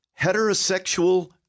heterosexual